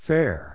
Fair